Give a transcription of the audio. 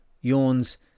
yawns